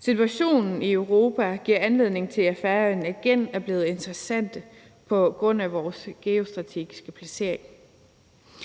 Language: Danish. Situationen i Europa giver anledning til, at Færøerne igen er blevet interessante på grund af vores geostrategiske placering.